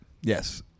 Yes